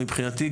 מבחינתי,